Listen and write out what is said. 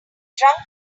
drunken